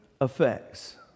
effects